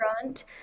front